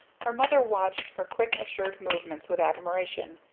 her mother watched her quick assured movements with admiration,